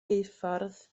geuffordd